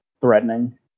Threatening